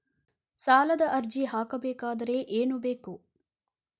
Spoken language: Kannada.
ಸಾಲದ ಅರ್ಜಿ ಹಾಕಬೇಕಾದರೆ ಏನು ಬೇಕು?